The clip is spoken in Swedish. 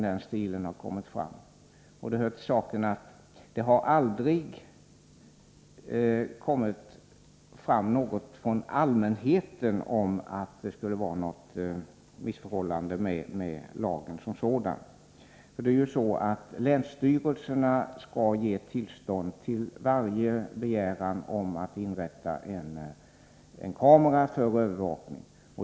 Det hör till saken att det aldrig har kommit fram uppgifter från allmänheten om att det skulle råda något missförhållande med lagen som sådan. Det är länsstyrelserna som skall avgöra varje ansökan om att få inrätta en kamera för övervakning.